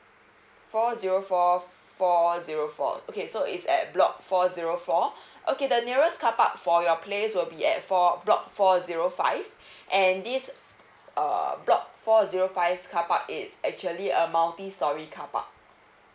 four zero four four four zero four okay so is at block four zero four okay the nearest carpark for your place will be at four block four zero five and this uh block four zero five's carpark it's actually a multi storey carpark